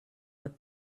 with